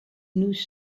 nous